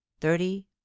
Thirty